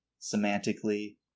semantically